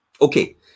Okay